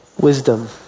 wisdom